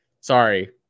Sorry